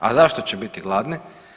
A zašto će biti gladni?